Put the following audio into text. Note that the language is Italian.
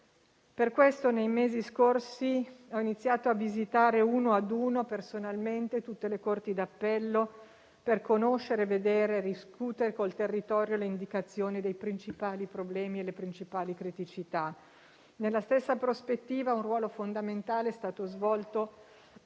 Per questo, nei mesi scorsi, ho iniziato a visitare una a una personalmente tutte le Corti d'appello, per conoscere, vedere e discutere col territorio le indicazioni, i principali problemi e le principali criticità. Nella stessa prospettiva, un ruolo fondamentale è stato svolto